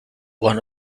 one